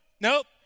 nope